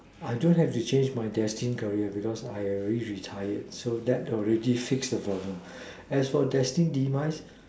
I don't have to change my destine career because I already retired so that already fix the problem as for destine demise